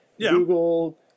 google